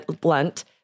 blunt